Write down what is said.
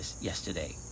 yesterday